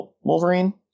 Wolverine